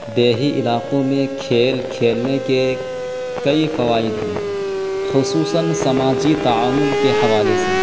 دیہی علاقوں میں کھیل کھیلنے کے کئی فوائد ہیں خصوصاً سماجی تعاول کے حوالے سے